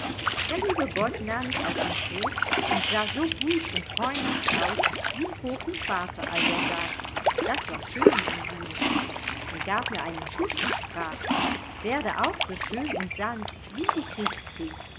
der liebe gott nahm mich auf den schoß und sah so gut und freundlich aus wie vorhin vater als er sagte das war schön singine er gab mir einen kuß und sprach werde auch so schön und sanft wie die christfee